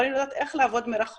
אבל אני לא יודעת איך לעבוד מרחוק